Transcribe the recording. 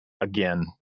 again